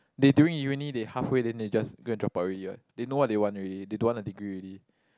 they doing uni they halfway then they just go and drop out already what they know what they want already they don't want a degree already